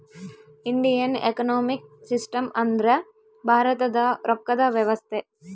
Indian economic system ಅಂದ್ರ ಭಾರತದ ರೊಕ್ಕದ ವ್ಯವಸ್ತೆ